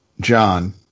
John